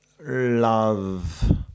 love